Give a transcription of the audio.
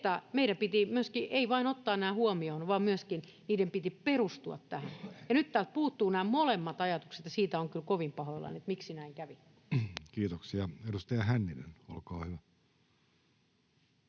ei pitänyt vain ottaa näitä huomioon, vaan tämän myöskin piti perustua niihin. Nyt täältä puuttuvat nämä molemmat ajatukset, ja siitä olen kyllä kovin pahoillani, että näin kävi. Kiitoksia. — Edustaja Hänninen, olkaa hyvä.